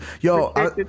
Yo